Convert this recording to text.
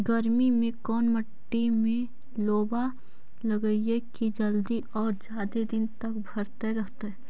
गर्मी में कोन मट्टी में लोबा लगियै कि जल्दी और जादे दिन तक भरतै रहतै?